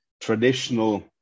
traditional